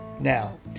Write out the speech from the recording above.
Now